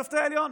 שופטי העליון,